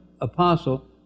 apostle